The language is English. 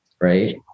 Right